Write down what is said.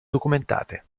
documentate